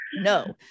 No